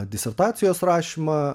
disertacijos rašymą